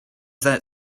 that